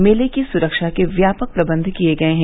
मेले की सुरक्षा के व्यापक प्रबंध किए गये हैं